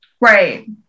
Right